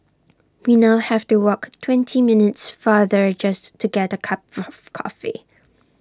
we now have to walk twenty minutes farther just to get A cup of coffee